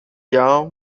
jahr